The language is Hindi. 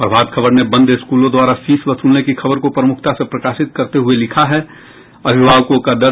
प्रभात खबर ने बंद स्कूलों द्वारा फीस वसूलने की खबर को प्रमुखता से प्रकाशित करते हुये लिखा है अभिभावकों का दर्द